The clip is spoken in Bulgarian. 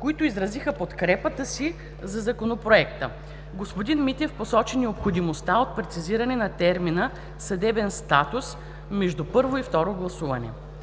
които изразиха подкрепата си за Законопроекта. Господин Митев посочи необходимостта от прецизиране на термина „съдебен статус” между първо и второ гласуване.